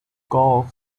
golf